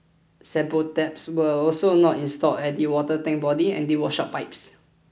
sample taps were also not installed at the water tank body and they washout pipes